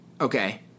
Okay